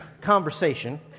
conversation